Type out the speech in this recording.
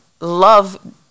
love